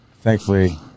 thankfully